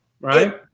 right